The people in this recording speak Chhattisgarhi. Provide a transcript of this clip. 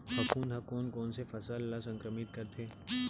फफूंद ह कोन कोन से फसल ल संक्रमित करथे?